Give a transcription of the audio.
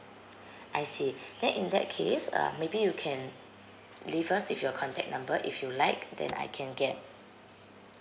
I see then in that case uh maybe you can leave us with your contact number if you like that I can get